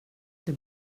det